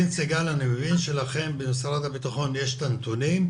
סיגל שלכם במשרד הבטחון יש את הנתונים,